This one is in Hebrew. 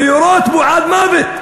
לירות בו עד מוות,